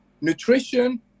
nutrition